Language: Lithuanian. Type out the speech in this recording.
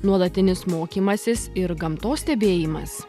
nuolatinis mokymasis ir gamtos stebėjimas